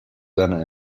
seiner